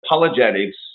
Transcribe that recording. Apologetics